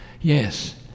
Yes